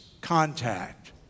contact